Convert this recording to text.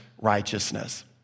righteousness